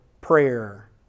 prayer